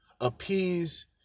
appease